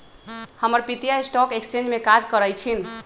हमर पितिया stock exchange में काज करइ छिन्ह